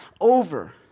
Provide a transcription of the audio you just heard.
over